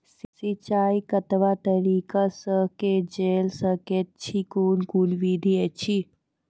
सिंचाई कतवा तरीका सअ के जेल सकैत छी, कून कून विधि ऐछि?